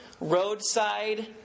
roadside